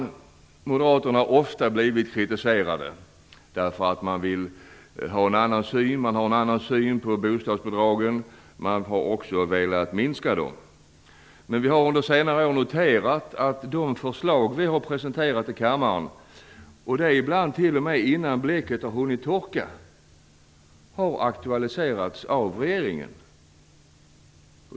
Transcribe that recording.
Vi moderater har ofta blivit kritiserade för att vi har en annan syn på bostadsbidragen och också har velat minska dem. Under senare år har vi noterat att de förslag som vi har presenterat i kammaren har aktualiserats av regeringen, ibland t.o.m. innan bläcket har hunnit torka.